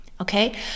Okay